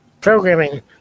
programming